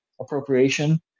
appropriation